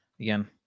Again